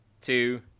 two